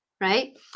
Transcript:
right